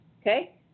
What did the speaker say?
Okay